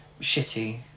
shitty